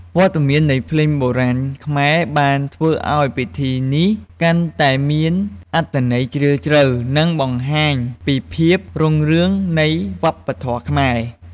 វត្តមាននៃភ្លេងបុរាណខ្មែរបានធ្វើឲ្យពិធីនេះកាន់តែមានអត្ថន័យជ្រាលជ្រៅ និងបង្ហាញពីភាពរុងរឿងនៃវប្បធម៌ខ្មែរ។